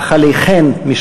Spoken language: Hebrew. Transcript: אך עליכן,